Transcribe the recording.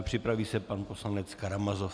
Připraví se pan poslanec Karamazov.